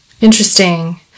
Interesting